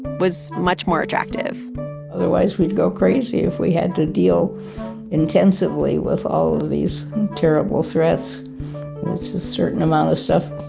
was much more attractive otherwise we'd go crazy if we had to deal intensively with all of these terrible threats. it's a certain amount of stuff,